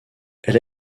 elle